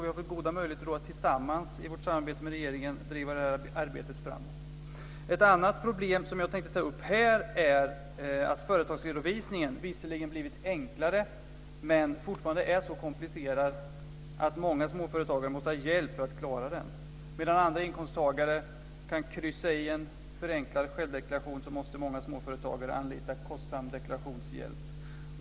Vi har nog goda möjligheter att tillsammans i vårt samarbete med regeringen driva detta arbete framåt. Ett problem som jag tänkte ta upp här gäller företagsredovisningen. Visserligen har den blivit enklare men fortfarande är den så komplicerad att många småföretagare måste ha hjälp för att klara den. Medan andra inkomsttagare kan kryssa i en förenklad självdeklaration måste alltså många småföretagare anlita personer för kostsam deklarationshjälp.